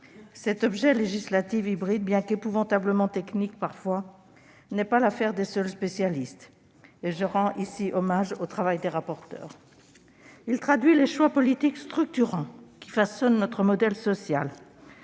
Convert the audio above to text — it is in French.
Cet objet législatif hybride et parfois épouvantablement technique n'est pas l'affaire des seuls spécialistes- je rends d'ailleurs hommage au travail des rapporteurs -, car il traduit les choix politiques structurants qui façonnent notre modèle social